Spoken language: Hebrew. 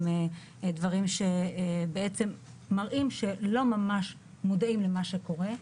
וזה מראה שלא ממש מודעים למה שקורה.